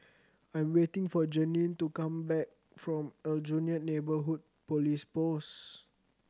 I am waiting for Janene to come back from Aljunied Neighbourhood Police Post